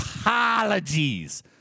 apologies